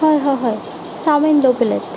হয় হয় হয় চাওমিন দুই প্লেট